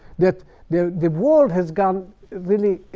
that the the world has gone really